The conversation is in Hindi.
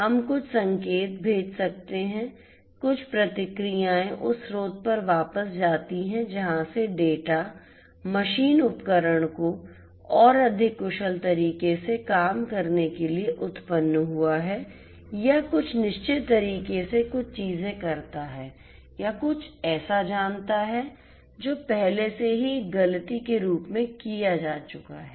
हम कुछ संकेत भेज सकते हैं कुछ प्रतिक्रियाएँ उस स्रोत पर वापस जाती हैं जहाँ से डेटा मशीन उपकरण को और अधिक कुशल तरीके से काम करने के लिए उत्पन्न हुआ है या कुछ निश्चित तरीके से कुछ चीज़ें करता है या कुछ ऐसा जानता है जो पहले से ही एक गलती के रूप में किया जा चुका है